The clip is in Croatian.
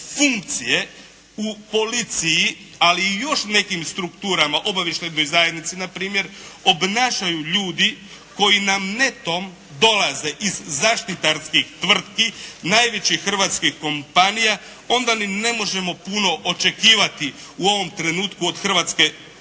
funkcije u policiji ali i još nekim strukturama obavještajnoj zajednici na primjer obnašaju ljudi koji nam netom dolaze iz zaštitarskih tvrtki najvećih hrvatskih kompanija onda ni ne možemo puno očekivati u ovom trenutku od hrvatske